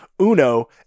Uno